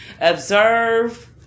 Observe